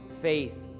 faith